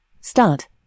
Start